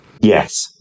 Yes